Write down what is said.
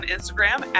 Instagram